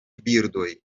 birdoj